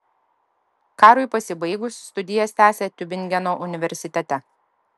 karui pasibaigus studijas tęsė tiubingeno universitete